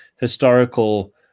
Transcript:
historical